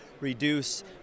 reduce